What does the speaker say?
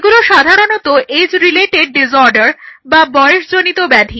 এগুলো সাধারণত age related disorder বা বয়সজনিত ব্যাধি